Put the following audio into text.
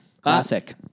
Classic